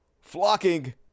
flocking